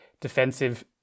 defensive